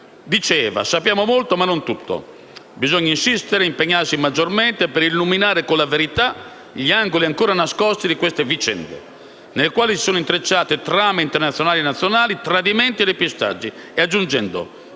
detto: «Sappiamo molto ma non tutto: bisogna insistere, impegnarsi maggiormente per illuminare con la verità gli angoli ancora nascosti di queste vicende, nelle quali si sono intrecciate trame internazionali e nazionali, tradimenti e depistaggi».